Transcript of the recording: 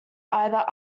either